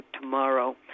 tomorrow